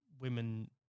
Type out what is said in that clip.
women